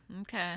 Okay